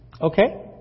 Okay